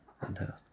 Fantastic